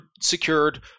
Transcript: secured